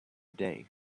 day